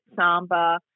samba